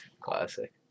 classic